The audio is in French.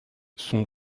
son